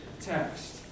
text